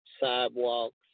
Sidewalks